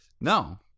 No